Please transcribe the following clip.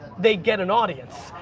they get an audience,